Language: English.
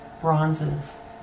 bronzes